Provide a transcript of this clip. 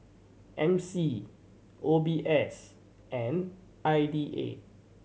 M C O B S and I D A